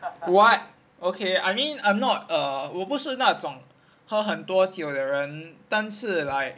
what okay I mean I'm not err 我不是那种喝很多酒的人但是 like